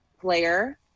player